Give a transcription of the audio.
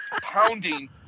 pounding